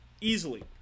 Easily